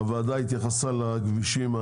הוועדה התייחסה לכבישים,